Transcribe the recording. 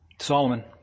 Solomon